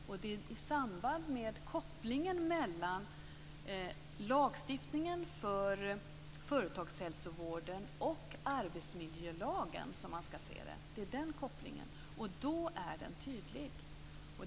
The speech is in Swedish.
Detta ska ses i samband med kopplingen mellan lagstiftningen för företagshälsovården och arbetsmiljölagen, och den är tydlig.